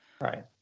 right